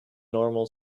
normal